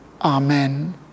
Amen